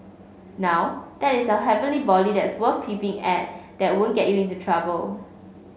now that is a heavenly body that's worth peeping at that won't get you into trouble